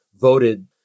Voted